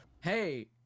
hey